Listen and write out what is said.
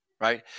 Right